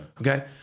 Okay